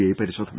I പരിശോധന